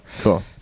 Cool